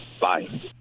bye